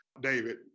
David